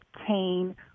obtain